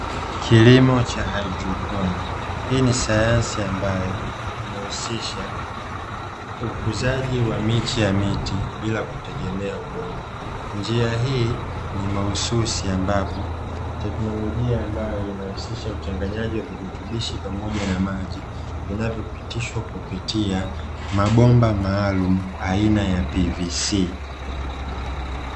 Kilimo cha haidroponi hii ni sayansi ambayo inahusisha ukuzaji wa miche ya miti bila kutegemea udongo. Njia hii ni mahususi ambapo teknolojia ambayo inahusisha uchanganyaji wa kurutubishi pamoja na maji vinavyopitishwa kupitia mabomba maalumu aina ya "pvc".